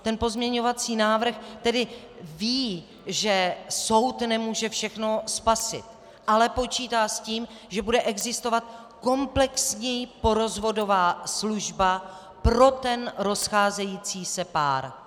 Ten pozměňovací návrh tedy ví, že soud nemůže všechno spasit, ale počítá s tím, že bude existovat komplexněji porozvodová služba pro rozcházející se pár.